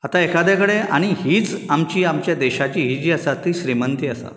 आतां एखाद्या कडेन आनी हीच आमची आमच्या देशाची ही जी आसा ती श्रिमंती आसा